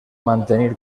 mantenir